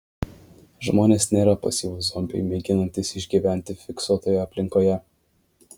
žmonės nėra pasyvūs zombiai mėginantys išgyventi fiksuotoje aplinkoje